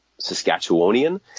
Saskatchewanian